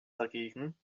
dagegen